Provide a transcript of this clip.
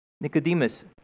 Nicodemus